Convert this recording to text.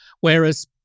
whereas